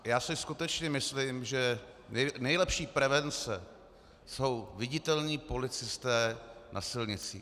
Já si skutečně myslím, že nejlepší prevence jsou viditelní policisté na silnicích.